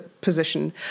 position